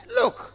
look